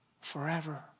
Forever